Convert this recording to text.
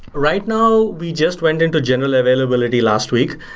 right now, we just went into general availability last week.